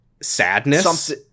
sadness